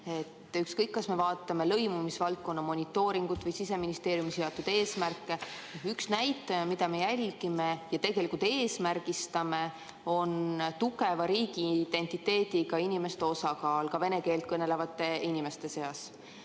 Ükskõik, kas me vaatame lõimumisvaldkonna monitooringut või Siseministeeriumi seatud eesmärke, üks näitaja, mida me jälgime ja tegelikult eesmärgistame, on tugeva riigiidentiteediga inimeste osakaal ka vene keelt kõnelevate inimeste seas.